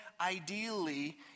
ideally